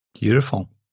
Beautiful